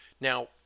Now